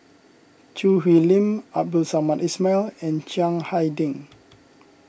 Choo Hwee Lim Abdul Samad Ismail and Chiang Hai Ding